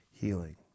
healing